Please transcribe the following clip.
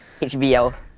HBL